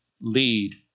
lead